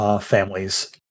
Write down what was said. families